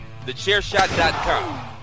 TheChairShot.com